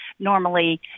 Normally